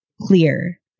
clear